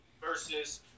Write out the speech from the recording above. versus